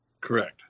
Correct